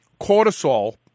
cortisol